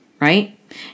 right